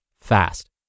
fast